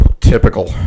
typical